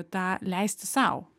tą leisti sau